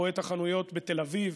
רואה את החנויות בתל אביב,